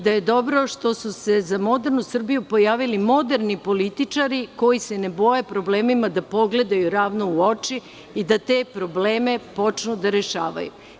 Dobro je što su se za modernu Srbiju pojavili moderni političari koji se ne boje da problemima pogledaju ravno u oči i da te probleme počnu da rešavaju.